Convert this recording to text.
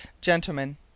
Gentlemen